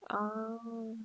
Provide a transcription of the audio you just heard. ah